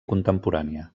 contemporània